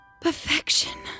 Perfection